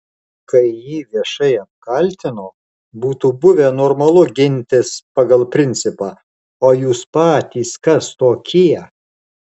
kai jį viešai apkaltino būtų buvę normalu gintis pagal principą o jūs patys kas tokie